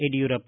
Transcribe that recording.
Yediyurappa